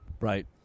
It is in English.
Right